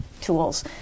tools